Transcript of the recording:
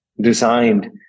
designed